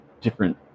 different